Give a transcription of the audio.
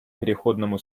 переходному